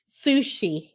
sushi